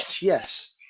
Yes